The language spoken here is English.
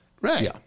Right